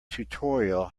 tutorial